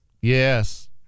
Yes